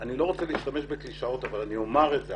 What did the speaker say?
אני לא רוצה להשתמש בקלישאות אבל אני אומר את זה.